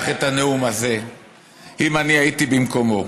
את הנאום הזה אם אני הייתי במקומו: